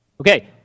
Okay